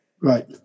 Right